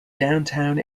downtown